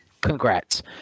congrats